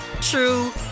true